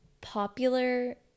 popular